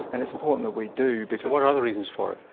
and it's important that we do because. what are the reasons for it?